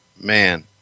man